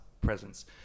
presence